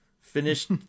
finished